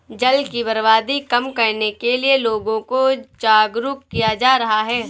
जल की बर्बादी कम करने के लिए लोगों को जागरुक किया जा रहा है